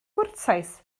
gwrtais